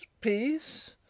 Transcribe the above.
peace